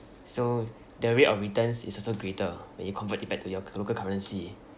so the rate of returns is also greater when you convert it back to your local currency